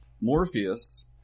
Morpheus